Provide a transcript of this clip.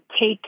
take